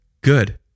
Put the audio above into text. good